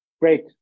great